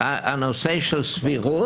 בנושא של סבירות.